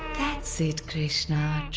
that's it, krishna,